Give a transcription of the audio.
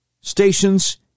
stations